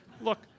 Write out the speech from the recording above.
Look